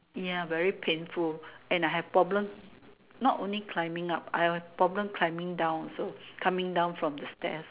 ya very painful and I have problem not only climbing up I have problem climbing down also climbing down from the stairs